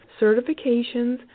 certifications